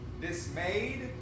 dismayed